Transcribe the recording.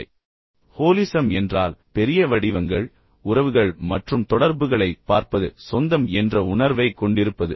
holism holism என்றால் பெரிய வடிவங்கள் உறவுகள் மற்றும் தொடர்புகளைப் பார்ப்பது சொந்தம் என்ற உணர்வைக் கொண்டிருப்பது